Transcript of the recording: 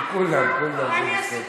לכולם, כולם, זה בסדר.